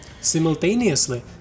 Simultaneously